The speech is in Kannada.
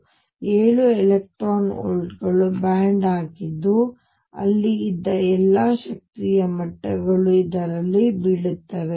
ಆದ್ದರಿಂದ ಇದು ಏಳು ಎಲೆಕ್ಟ್ರಾನ್ ವೋಲ್ಟ್ಗಳ ಬ್ಯಾಂಡ್ ಆಗಿದ್ದು ಅಲ್ಲಿ ಇದ್ದ ಎಲ್ಲಾ ಶಕ್ತಿಯ ಮಟ್ಟಗಳು ಇದರಲ್ಲಿ ಬೀಳುತ್ತವೆ